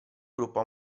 gruppo